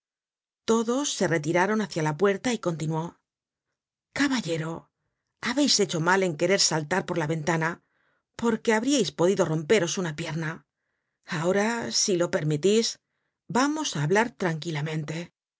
todos se retiraron hacia la puerta y continuó caballero habeis hecho mal en querer saltar por la ventana porque habríais podido romperos una pierna ahora si lo permitís vamos á hablar tranquilamente